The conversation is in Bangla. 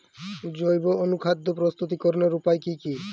জৈব অনুখাদ্য প্রস্তুতিকরনের উপায় কী কী?